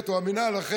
או המינהל,